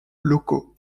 locaux